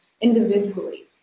individually